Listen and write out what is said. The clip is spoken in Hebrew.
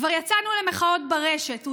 כבר יצאנו למחאות ברשת,